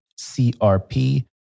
CRP